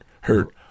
hurt